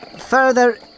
further